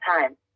time